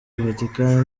vatican